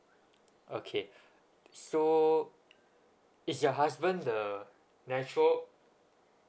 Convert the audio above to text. okay so is your husband the natural